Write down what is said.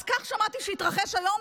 אז כך שמעתי שהתרחש היום.